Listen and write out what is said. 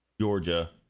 Georgia